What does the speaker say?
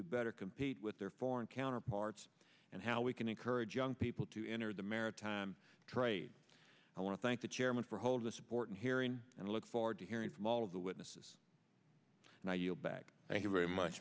to better compete with their foreign counterparts and how we can encourage young people to enter the maritime trade i want to thank the chairman for holding support and hearing and i look forward to hearing from all of the witnesses now you back thank you very much